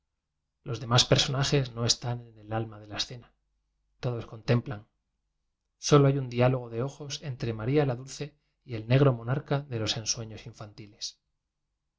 los demás personajes no están en el alma de la escena todos contemplan solo hay un diálogo de ojos entre maría la dulce y el negro monarca de los ensueños infantiles